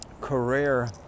career